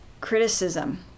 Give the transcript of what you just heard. criticism